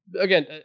again